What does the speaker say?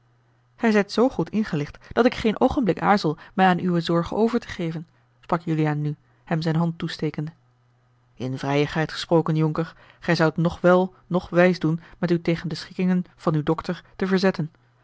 gij zijt zoo goed ingelicht dat ik geen oogenblik aarzel mij aan uwe zorgen over te geven sprak juliaan nu hem zijne hand toestekende in vrijigheid gesproken jonker gij zoudt noch wel noch wijs doen met u tegen de schikkingen van uw dokter te verzetten